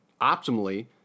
optimally